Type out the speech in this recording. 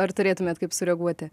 ar turėtumėt kaip sureaguoti